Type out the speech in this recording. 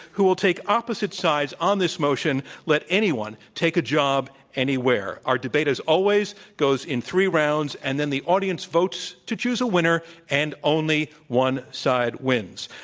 who will take opposite sides on this motion, let anyone take a job anywhere. our debate as always goes in three rounds, and then the audience votes to choose a winner, and only one side wins.